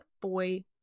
boy